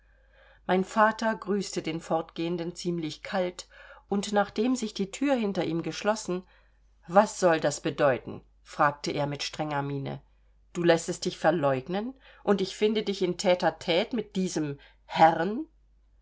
mein vater grüßte den fortgehenden ziemlich kalt und nachdem sich die thür hinter ihm geschlossen was soll das bedeuten fragte er mit strenger miene du lässest dich verleugnen und ich finde dich in tte tte mit diesem herrn